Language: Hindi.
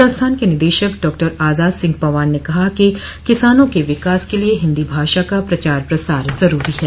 संस्थान के निदेशक डॉक्टर आजाद सिंह पवार ने कहा कि किसानों के विकास के लिये हिन्दी भाषा का प्रचार प्रसार जरूरी है